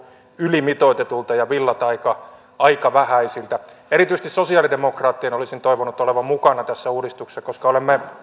ylimitoitetulta ja villat aika aika vähäisiltä erityisesti sosiaalidemokraattien olisin toivonut olevan mukana tässä uudistuksessa koska olemme